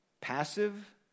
passive